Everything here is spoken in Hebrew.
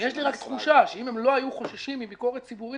יש לי רק תחושה שאם הם לא היו חוששים מביקורת ציבורית